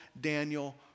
Daniel